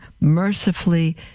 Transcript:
mercifully